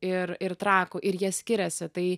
ir ir trakų ir jie skiriasi tai